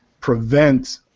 prevent